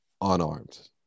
unarmed